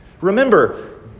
Remember